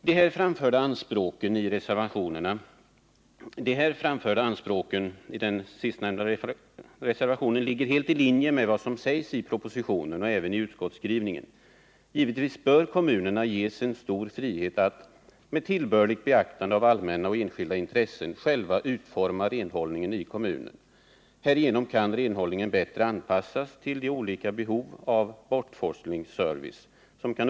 De i den sistnämnda reservationen framförda anspråken ligger helt i linje med vad som sägs i propositionen och även i utskottsskrivningen. Givetvis bör kommunerna ges en frihet att, med tillbörligt beaktande av allmänna och enskilda intressen, själva utforma renhållningen i kommunerna. Härigenom kan renhållningen bättre anpassas till de olika behoven av bortforslingsservice.